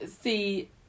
see